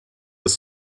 ist